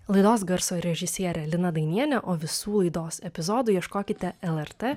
laidos garso režisierė lina dainienė o visų laidos epizodų ieškokite lrt